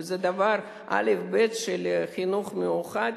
וזה אלף-בית של חינוך מיוחד,